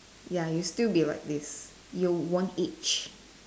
ya you still be like this you won't age